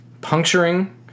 puncturing